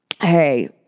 Hey